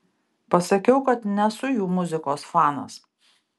pasakiau kad nesu jų muzikos fanas